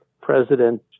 President